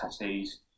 tattoos